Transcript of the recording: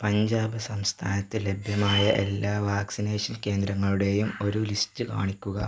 പഞ്ചാബ് സംസ്ഥാനത്ത് ലഭ്യമായ എല്ലാ വാക്സിനേഷൻ കേന്ദ്രങ്ങളുടെയും ഒരു ലിസ്റ്റ് കാണിക്കുക